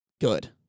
good